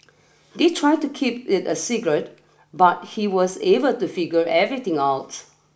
they tried to keep it a secret but he was able to figure everything out